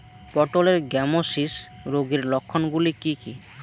পটলের গ্যামোসিস রোগের লক্ষণগুলি কী কী?